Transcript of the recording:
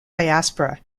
diaspora